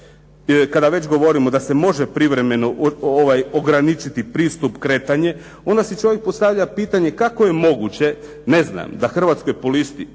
kada već govorimo da se može privremeno ograničiti pristup kretanja onda si čovjek postavlja pitanje, kako je moguće ne znam da hrvatskoj policiji